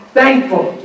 thankful